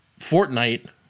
Fortnite